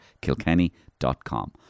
Kilkenny.com